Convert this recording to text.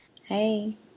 Hey